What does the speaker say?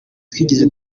twigeze